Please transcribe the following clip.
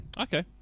Okay